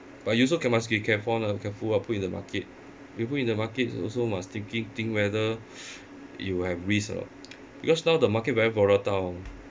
but you also can must be careful careful ah put in the market you put in the market also must thinking thing whether you have risk or not because now the market very volatile